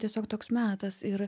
tiesiog toks metas ir